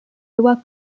loi